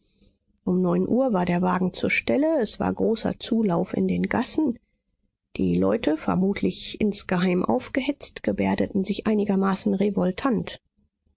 um neun uhr war der wagen zur stelle es war großer zulauf in den gassen die leute vermutlich insgeheim aufgehetzt gebärdeten sich einigermaßen